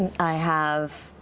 i have